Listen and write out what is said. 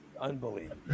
Unbelievable